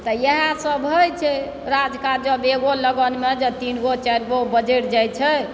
तऽ इएहसभ होयत छै राज काज जब एगो लगनमे जँ तीन गो चारिगो बजड़ि जाइत छै